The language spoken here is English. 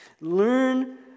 Learn